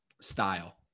style